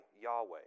Yahweh